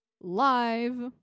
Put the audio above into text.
live